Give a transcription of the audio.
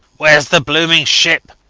wheres the blooming ship?